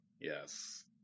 Yes